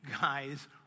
guys